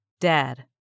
Dad